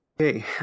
Okay